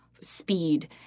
speed